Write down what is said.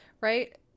right